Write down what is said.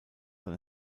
ein